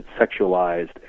sexualized